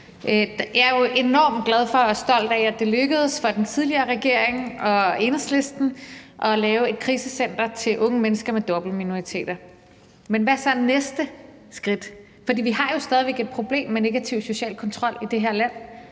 Jeg er jo enormt glad for og stolt af, at det lykkedes for den tidligere regering og Enhedslisten at lave et krisecenter til unge mennesker, der er dobbelte minoriteter. Men hvad er så næste skridt? For vi har jo stadig væk et problem med negativ social kontrol i det her land.